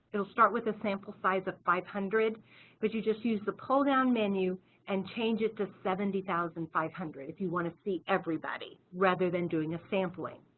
it will start with the sample size of five hundred but you just use the pull down menu and change it to seventy thousand five hundred, if you want to see everybody rather than doing a sampling,